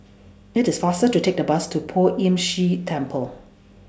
IT IS faster to Take The Bus to Poh Ern Shih Temple